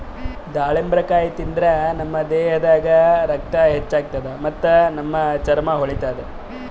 ದಾಳಿಂಬರಕಾಯಿ ತಿಂದ್ರ್ ನಮ್ ದೇಹದಾಗ್ ರಕ್ತ ಹೆಚ್ಚ್ ಆತದ್ ಮತ್ತ್ ನಮ್ ಚರ್ಮಾ ಹೊಳಿತದ್